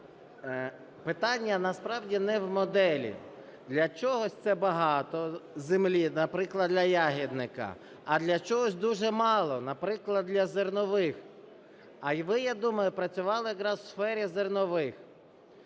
питання насправді не в моделі. Для чогось це багато землі, наприклад, для ягідника, а для чогось дуже мало, наприклад, для зернових. А ви, я думаю, працювали якраз у сфері зернових.